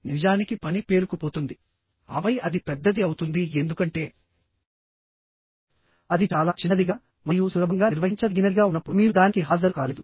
నిజానికి పని పేరుకుపోతుంది ఆపై అది పెద్దది అవుతుంది ఎందుకంటే అది చాలా చిన్నదిగా మరియు సులభంగా నిర్వహించదగినదిగా ఉన్నప్పుడు మీరు దానికి హాజరు కాలేదు